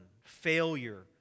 failure